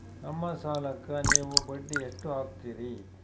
ನಮ್ಮ ಸಾಲಕ್ಕ ನೀವು ಬಡ್ಡಿ ಎಷ್ಟು ಹಾಕ್ತಿರಿ?